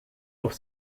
auf